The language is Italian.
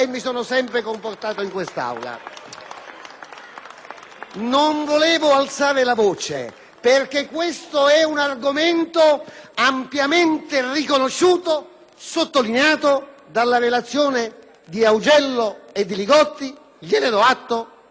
Non volevo alzare la voce, perché questo è un argomento ampiamente riconosciuto e sottolineato dalla relazione dei senatori Augello e Li Gotti. Gliene do atto e li ringrazio,